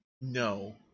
no